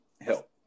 help